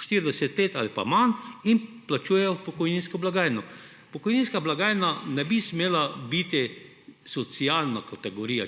40 let ali pa manj in plačujejo v pokojninsko blagajno. Pokojninska blagajna ne bi smela biti čista socialna kategorija.